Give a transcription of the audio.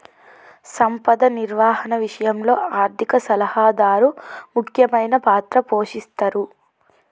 సంపద నిర్వహణ విషయంలో ఆర్థిక సలహాదారు ముఖ్యమైన పాత్ర పోషిస్తరు